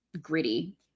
gritty